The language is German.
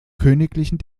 königlichen